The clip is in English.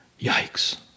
yikes